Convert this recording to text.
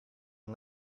and